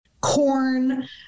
corn